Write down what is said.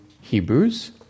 Hebrews